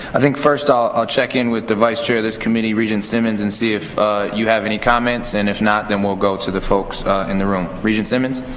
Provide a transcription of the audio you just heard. i think, first, i'll check in with the vice chair of this committee, regent simmons, and see if you have any comments. and, if not, then we'll go to the folks in the room. regent simmons?